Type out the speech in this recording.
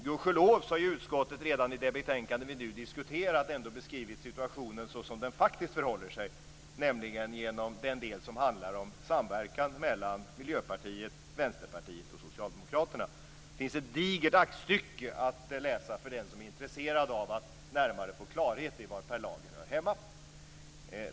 Gudskelov har utskottet redan i det betänkande vi nu diskuterar beskrivit situationen såsom den faktiskt förhåller sig, nämligen genom den del som handlar om samverkan mellan Miljöpartiet, Vänsterpartiet och Socialdemokraterna. Det finns ett digert aktstycke att läsa för den som är intresserad av att få närmare klarhet i var Per Lager hör hemma.